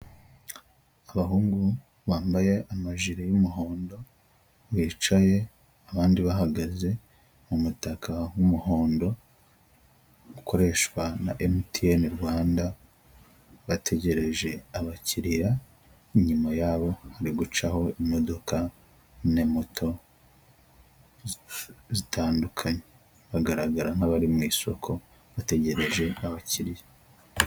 Abahungu bambaye amajire y'umuhondo bicaye abandi bahagaze mu mutaka w'umuhondo ukoreshwa na emutiyene Rwanda bategereje abakiriya inyuma yabo hari gucaho imodoka na moto zitandukanye bagaragara nkabari mu isoko bategereje abakiriya.